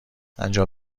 انجام